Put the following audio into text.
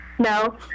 No